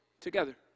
together